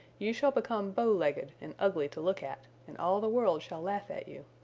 you shall become bow-legged and ugly to look at, and all the world shall laugh at you